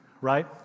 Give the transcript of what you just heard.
Right